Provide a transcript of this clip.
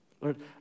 Lord